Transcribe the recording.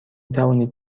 توانید